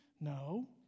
No